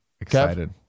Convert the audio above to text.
excited